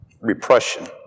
Repression